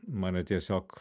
mane tiesiog